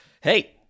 hey